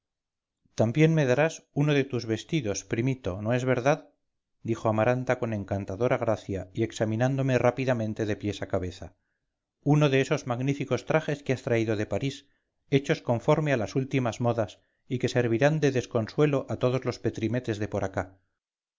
también me darás uno de tus vestidos primito no es verdad dijo amaranta con encantadora gracia y examinándome rápidamente de pies a cabeza uno de esos magníficos trajes que has traído de parís hechos conforme a las últimas modas y que servirán de desconsuelo a todos los petimetres de por acá